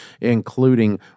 including